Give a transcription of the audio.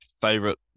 favorite